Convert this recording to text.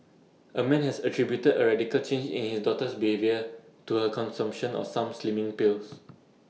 A man has attributed A radical change in his daughter's behaviour to her consumption of some slimming pills